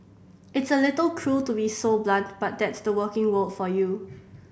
it's a little cruel to be so blunt but that's the working world for you